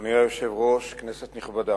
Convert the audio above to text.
אדוני היושב-ראש, כנסת נכבדה,